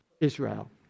Israel